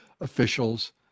officials